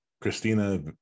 Christina